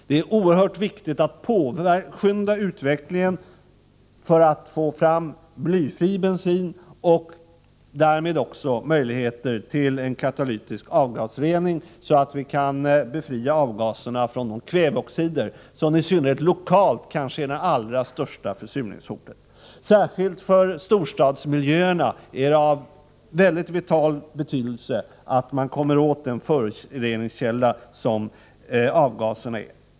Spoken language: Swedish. Det är oerhört viktigt att påskynda utvecklingen för att få fram blyfri bensin och därmed också möjligheter till en katalytisk avgasrening, så att vi kan befria avgaserna från kväveoxider som i synnerhet lokalt kanske är den allra största försurningskällan. Särskilt för storstadsmiljöerna är det av vital betydelse att man kommer åt den föroreningskälla som avgaserna utgör.